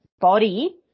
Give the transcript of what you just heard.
body